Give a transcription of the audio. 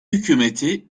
hükümeti